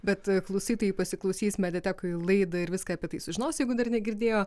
bet klausytojai pasiklausys mediatekoj laidą ir viską apie tai sužinos jeigu dar negirdėjo